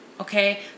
okay